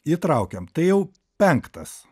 įtraukiam tai jau penktas